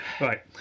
Right